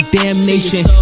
damnation